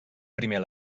primer